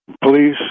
police